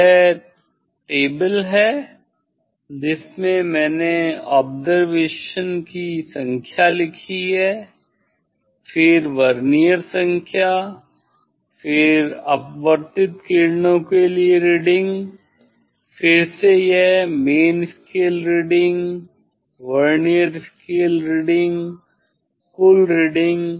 यह तालिका है जिसमें मैंने ऑब्जरवेशन की संख्या लिखी है फिर वर्नियर संख्या फिर अपवर्तित किरणों के लिए रीडिंग फिर से यह main scale reading vernier scale reading कुल रीडिंग